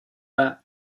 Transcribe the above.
back